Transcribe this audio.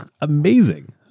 amazing